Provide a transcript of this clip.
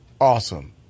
awesome